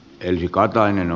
ensin kaltainen